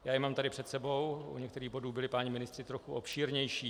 Já je mám tady před sebou, u některých bodů byli páni ministři trochu obšírnější.